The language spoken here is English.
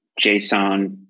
JSON